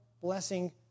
blessing